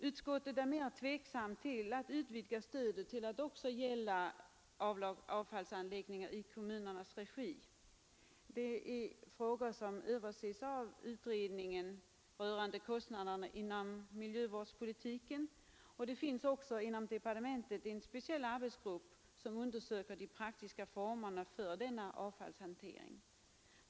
Utskottet är mera tveksamt till tanken att utvidga stödet till att också gälla avfallsanläggningar i kommunernas regi. Det är frågor som behandlas av utredningen rörande kostnaderna inom miljövårdspolitiken, och det finns också inom departementet tillsatt en speciell arbetsgrupp som undersöker de praktiska formerna för denna avfallshantering.